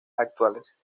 actuales